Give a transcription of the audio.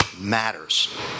matters